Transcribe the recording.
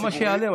למה שייעלם?